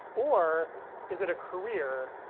or is it a career?